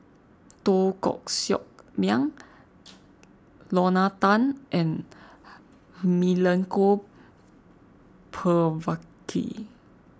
Teo Koh Sock Miang Lorna Tan and Milenko Prvacki